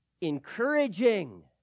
encouraging